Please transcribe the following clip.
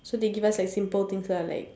so they give us like simple things lah like